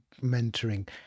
mentoring